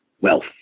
wealth